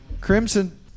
Crimson